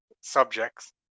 subjects